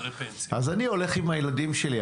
אז אני הולך עם הילדים שלי,